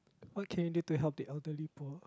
okay need to help the elderly poor